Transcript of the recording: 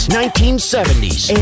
1970s